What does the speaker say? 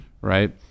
right